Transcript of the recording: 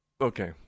okay